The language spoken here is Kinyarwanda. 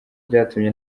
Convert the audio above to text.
byatumye